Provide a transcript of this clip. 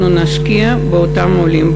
אנחנו נשקיע באותם עולים,